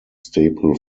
staple